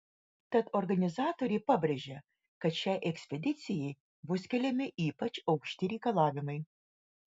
tad organizatoriai pabrėžia kad šiai ekspedicijai bus keliami ypač aukšti reikalavimai